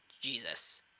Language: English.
Jesus